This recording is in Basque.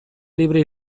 libre